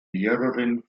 mehreren